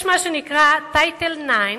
יש מה שנקרא Title 9,